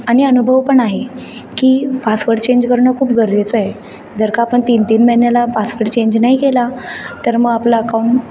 आणि अनुभव पण आहे की पासवर्ड चेंज करणं खूप गरजेचं आहे जर का आपण तीन तीन महिन्याला पासवर्ड चेंज नाही केला तर मग आपला अकाउंट